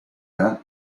than